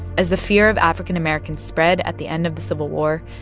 as the fear of african americans spread at the end of the civil war,